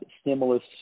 stimulus